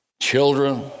children